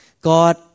God